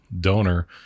donor